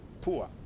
poor